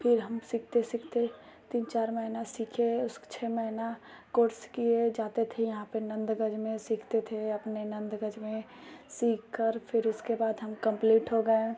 फिर हम सीखते सीखते तीन चार महीना सीखे उसके छः महीना कोर्स किए जाते थे यहाँ पर नंदगज में सीखते थे अपने नंदगज में सीख कर फिर उसके बाद हम कंप्लीट हो गए